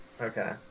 Okay